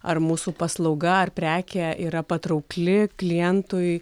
ar mūsų paslauga ar prekė yra patraukli klientui